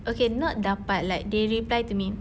okay not dapat like they replied to me